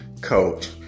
coach